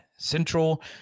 Central